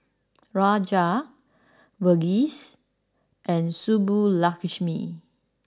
Raja Verghese and Subbulakshmi